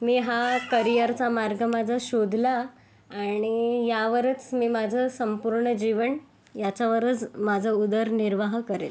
मी हा करियरचा मार्ग माझा शोधला आणि यावरच मी माझं संपूर्ण जीवन याच्यावरच माझा उदरनिर्वाह करेल